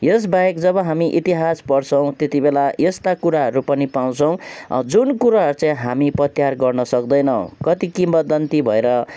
यसबाहेक जब हामी इतिहास पढ्छौँ त्यति बेला यस्ता कुराहरू पनि पाउँछौँ जुन कुरा चाहिँ हामी पत्यार गर्नसक्दैनौँ कति किंवदन्ती भएर